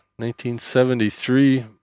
1973